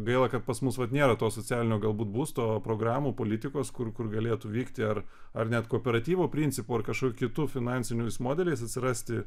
gaila kad pas mus vat nėra to socialinio galbūt būsto programų politikos kur kur galėtų vykti ar ar net kooperatyvo principu ar kažkiokiu kitu finansiniais modeliais atsirasti